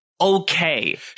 okay